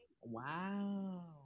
Wow